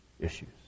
issues